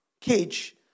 cage